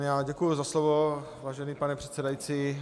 Já děkuji za slovo, vážený pane předsedající.